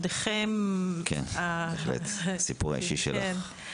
כן, בהחלט, הסיפור האישי שלך.